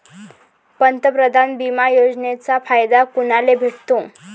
पंतप्रधान बिमा योजनेचा फायदा कुनाले भेटतो?